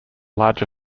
larger